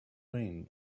rain